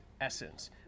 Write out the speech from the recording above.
essence